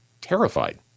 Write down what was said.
terrified